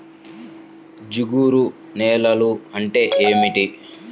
జిగురు నేలలు అంటే ఏమిటీ?